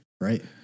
Right